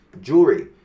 jewelry